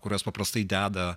kuriuos paprastai deda